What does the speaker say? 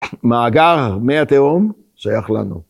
מאגר מי התהום שייך לנו.